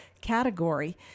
category